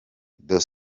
dos